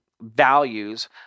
values